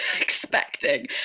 expecting